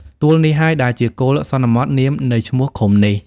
ទួលនេះហើយ ដែលជាគោលសន្មតនាមនៃឈ្មោះឃុំនេះ ។